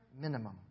minimum